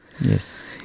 Yes